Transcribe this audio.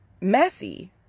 messy